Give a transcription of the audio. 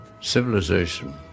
civilization